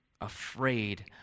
afraid